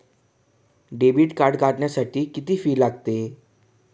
Debit card काढण्यासाठी किती fee लागते?